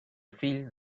fill